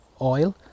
oil